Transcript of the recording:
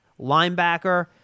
linebacker